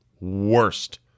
worst